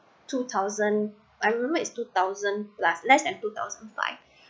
two thousand I remember is two thousand plus less than two thousand five